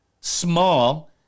small